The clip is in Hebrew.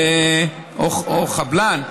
או חבלן,